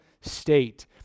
state